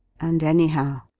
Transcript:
and anyhow,